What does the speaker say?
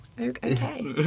Okay